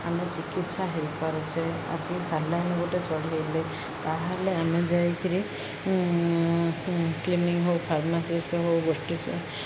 ଆମେ ଚିକିତ୍ସା ହେଇପାରୁଛେ ଆଜି ସାଲାଇନ୍ ଗୋଟେ ଚଢ଼ାଇଲେ ତାହେଲେ ଆମେ ଯାଇକିରି କ୍ଲିନିକ୍ ହଉ ଫାର୍ମାସିଷ୍ଟ ହଉ ଗୋଷ୍ଠୀ